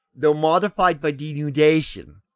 though modified by denudation.